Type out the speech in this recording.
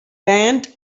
band